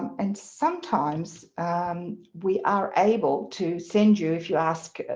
and sometimes we are able to send you, if you ask,